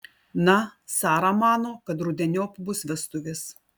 na sara mano kad rudeniop bus vestuvės